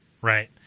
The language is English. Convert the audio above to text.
Right